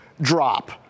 drop